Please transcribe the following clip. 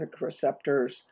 receptors